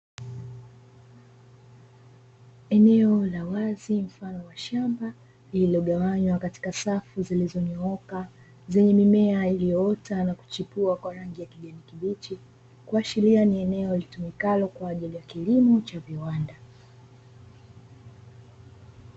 Eneo la wazi mfano shamba lililogawanywa katika safu zilizonyooka, zenye mimea iliyoota na kuchipua kwa rangi ya kijani kibichi, kuashiria ni eneo litumikalo kwa ajili ya kilimo cha viwanda.